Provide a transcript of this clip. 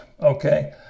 okay